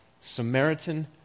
Samaritan